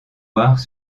noirs